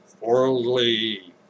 worldly